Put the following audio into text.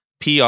PR